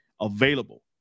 available